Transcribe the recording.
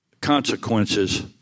consequences